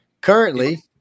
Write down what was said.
currently